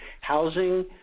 housing